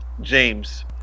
james